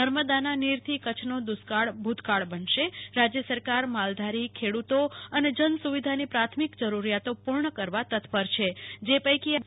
નર્મદાના નીરથી કચ્છનો દુષ્કાળ ભૂ તકાળ બનશે રાજ્ય સરકાર માલધારી ખેડૂતો અને જનસુ વિધાની પ્રાથમિક જરૂરિયાતો પૂ ર્ણ કરવા તત્પર છે જે પૈકી આજે બે કે